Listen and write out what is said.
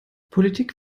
politik